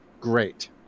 great